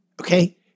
Okay